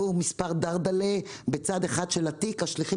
הביאו מספר דרדלה בצד אחד של התיק והשליחים